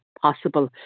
possible